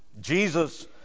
Jesus